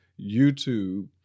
YouTube